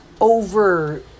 over